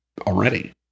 already